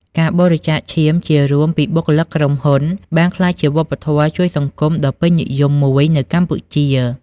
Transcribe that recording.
ការបរិច្ចាគឈាមជារួមពីបុគ្គលិកក្រុមហ៊ុន បានក្លាយជាវប្បធម៌ជួយសង្គមដ៏ពេញនិយមមួយនៅកម្ពុជា។